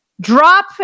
Drop